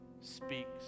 speaks